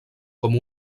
com